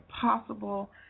possible